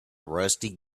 rusty